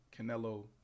Canelo